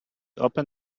open